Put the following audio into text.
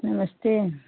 नमस्ते